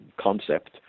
concept